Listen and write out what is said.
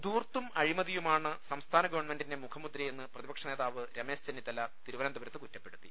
ധൂർത്തും അഴിമതിയുമാണ് സംസ്ഥാന ഗവൺമെന്റിന്റെ മുഖ മുദ്രയെന്ന് പ്രതിപക്ഷനേതാവ് രമേശ് ചെന്നിത്തല തിരുവനന്തപു രത്ത് കുറ്റപ്പെടുത്തി